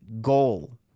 goal